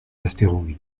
astéroïdes